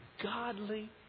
godly